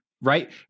Right